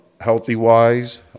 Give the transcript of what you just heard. healthy-wise